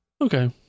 okay